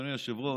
אדוני היושב-ראש,